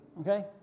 okay